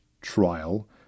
trial